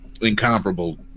incomparable